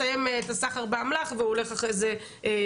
זה לא שהוא מסיים את הסחר באמל"ח והוא הולך אחרי זה לעבוד,